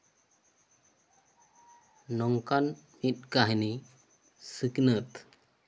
ᱱᱚᱝᱠᱟᱱ ᱢᱤᱫ ᱠᱟᱹᱦᱱᱤ ᱥᱤᱠᱷᱱᱟᱹᱛ